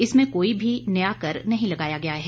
इसमें कोई भी नया कर नहीं लगाया गया है